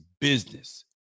business